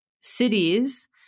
cities